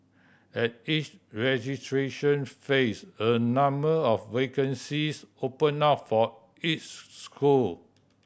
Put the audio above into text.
at each registration phase a number of vacancies open up for each school